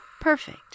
Perfect